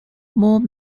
more